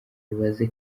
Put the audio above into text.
ibaze